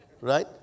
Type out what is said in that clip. Right